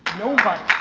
nobody.